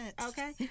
okay